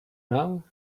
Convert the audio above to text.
now